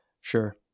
Sure